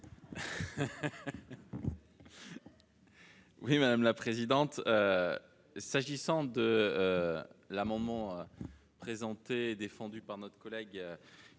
Oui, madame la présidente, s'agissant de l'amendement présenté et défendu par notre collègue,